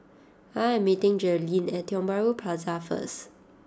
I am meeting Jerilynn at Tiong Bahru Plaza first